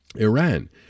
Iran